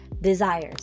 desires